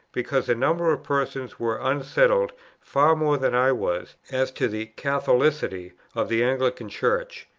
because a number of persons were unsettled far more than i was, as to the catholicity of the anglican church.